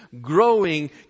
growing